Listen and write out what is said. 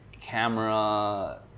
camera